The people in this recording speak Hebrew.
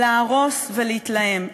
להרוס ולהתלהם,